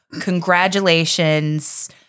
congratulations